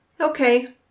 Okay